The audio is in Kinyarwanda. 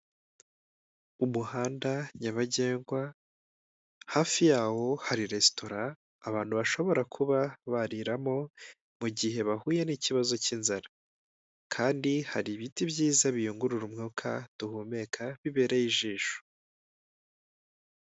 Umuhanda nyabagendwa hafi yawo hari resitora abantu bashobora kuba baririramo, mu gihe bahuye n'ikibazo cy'inzara kandi hari ibiti byiza biyungurura umwuka duhumeka bibereye ijisho.